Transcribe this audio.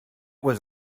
was